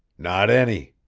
not any.